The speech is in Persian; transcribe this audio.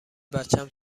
بچم